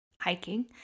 hiking